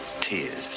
tears